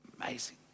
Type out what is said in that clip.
Amazing